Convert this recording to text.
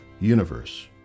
universe